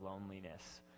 loneliness